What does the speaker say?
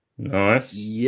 Nice